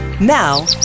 Now